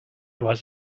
was